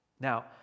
Now